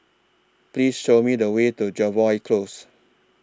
Please Show Me The Way to Jervois Close